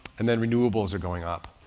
and then renewables are going up.